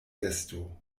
vesto